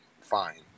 fine